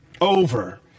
over